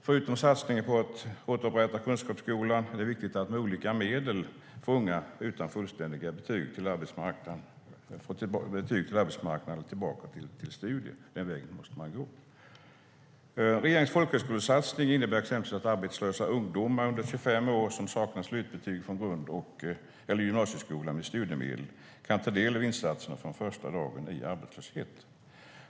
Förutom satsningen på att återupprätta kunskapsskolan är det viktigt att med olika medel få unga utan fullständiga betyg på arbetsmarknaden tillbaka till studier. Det är den vägen man måste gå. Regeringens folkhögskolesatsning innebär exempelvis att arbetslösa ungdomar under 25 år som saknar slutbetyg från grund eller gymnasieskolan med studiemedel kan ta del av insatserna från första dagen i arbetslöshet.